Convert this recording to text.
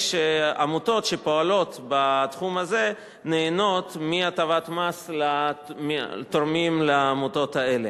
שעמותות שפועלות בתחום הזה נהנות מהטבת מס לתורמים לעמותות האלה.